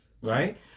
Right